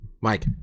Mike